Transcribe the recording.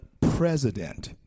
president